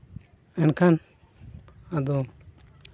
ᱮᱱᱠᱷᱟᱱ ᱟᱫᱚ